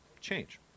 change